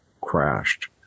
crashed